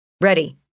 Ready